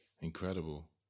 incredible